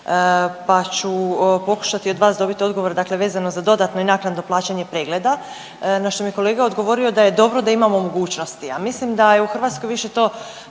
pa ću pokušati od vas dobiti odgovor, dakle vezano za dodatno i naknadno plaćanje pregleda, na što mi je kolega odgovorio da je dobro da imamo mogućnosti, a mislim da je u Hrvatskoj više to